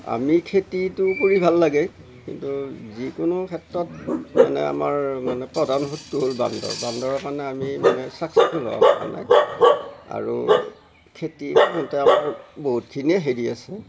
আমি খেতিটো কৰি ভাল লাগেই কিন্তু যিকোনো ক্ষেত্ৰত মানে আমাৰ মানে প্ৰধান শক্ৰ হ'ল বান্দৰ বান্দৰৰ কাৰণে আমি মানে চাকচেচফুল হ'বা পাৰা নাই আৰু খেতিৰ সৈতে আমাৰ বহুত খিনিয়ে হেৰি আছেই